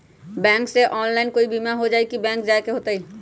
Bank से online कोई बिमा हो जाई कि बैंक जाए के होई त?